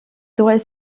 droits